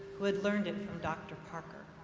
who had learned it from dr. parker.